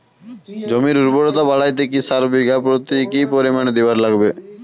জমির উর্বরতা বাড়াইতে কি সার বিঘা প্রতি কি পরিমাণে দিবার লাগবে?